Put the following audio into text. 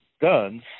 guns